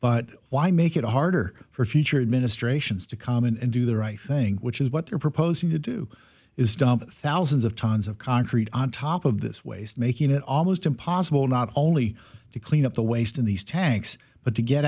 but why make it harder for future administrations to come and do the right thing which is what they're proposing to do is dump thousands of tons of concrete on top of this waste making it almost impossible not only to clean up the waste in these tanks but to get